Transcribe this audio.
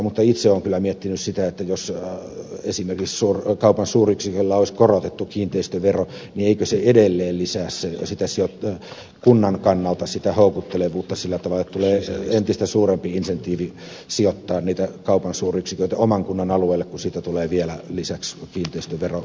mutta itse olen kyllä miettinyt sitä että jos esimerkiksi kaupan suuryksiköllä olisi korotettu kiinteistövero niin eikö se edelleen lisää kunnan kannalta sitä houkuttelevuutta sillä tavalla että tulee entistä suurempi insentiivi sijoittaa niitä kaupan suuryksiköitä oman kunnan alueelle kun siitä tulee vielä lisäksi kiinteistöverokertymääkin